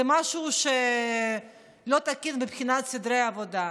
זה משהו לא תקין מבחינת סדרי עבודה.